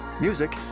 Music